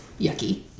yucky